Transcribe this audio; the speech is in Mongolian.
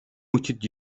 мөчид